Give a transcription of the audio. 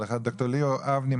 ד"ר ליאור אבני,